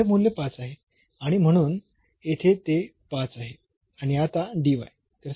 तर हे मूल्य 5 आहे आणि म्हणून येथे ते 5 आहे आणि आता